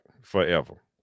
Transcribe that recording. Forever